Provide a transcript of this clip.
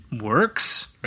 works